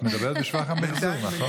את מדברת בשבח המחזור, נכון?